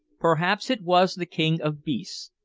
perhaps it was the king of beasts,